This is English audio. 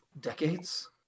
decades